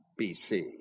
BC